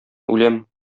үләм